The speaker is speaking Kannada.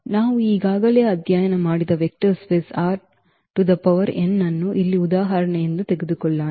ನಾವು ಈಗಾಗಲೇ ಅಧ್ಯಯನ ಮಾಡಿದ ವೆಕ್ಟರ್ ಸ್ಪೇಸ್ ಅನ್ನು ಇಲ್ಲಿ ಉದಾಹರಣೆ ತೆಗೆದುಕೊಳ್ಳೋಣ